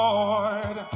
Lord